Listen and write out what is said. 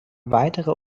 weitere